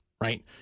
right